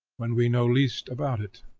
when we know least about it.